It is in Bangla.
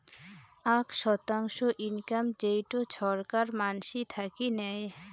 আক শতাংশ ইনকাম যেইটো ছরকার মানসি থাকি নেয়